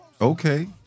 okay